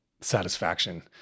satisfaction